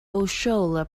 osceola